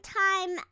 time